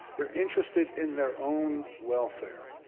they're interested in their own welfare.